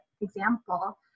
example